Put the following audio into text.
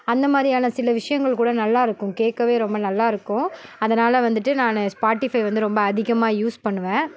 அந்த மாதிரியான சில விஷயங்கள் கூட நல்லா இருக்கும் கேட்கவே ரொம்ப நல்லா இருக்கும் அதனால் வந்துட்டு நான் ஸ்பாட்டிஃபை வந்து ரொம்ப அதிகமா யூஸ் பண்ணுவேன்